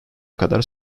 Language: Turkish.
kadar